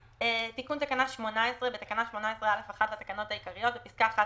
תיקון תקנה 185. בתקנה 18(א1) לתקנות העיקריות בפסקה (1),